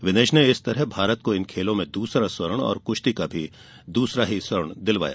विनेश ने इस तरह भारत को इन खेलों में दूसरा स्वर्ण और कुश्ती का भी दूसरा स्वर्ण दिलाया